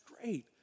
great